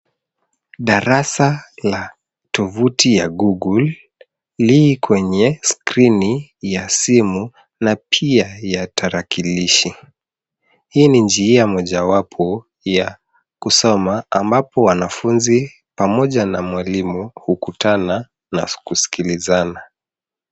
Darasa la tovuti ya, Google, li kwenye skrini ya simu na pia ya tarakilishi. Hii ni njia mojawapo ya kusoma ambapo wanafunzi pamoja na mwalimu hukutana na kuskilizana.